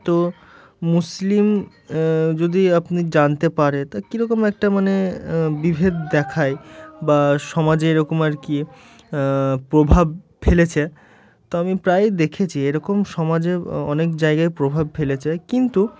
তো মুসলিম যদি আপনি জানতে পারে তা কীরকম একটা মানে বিভেদ দেখায় বা সমাজে এরকম আর কি প্রভাব ফেলেছে তো আমি প্রায়ই দেখেছি এরকম সমাজে অনেক জায়গায় প্রভাব ফেলেছে কিন্তু